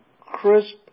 crisp